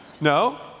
No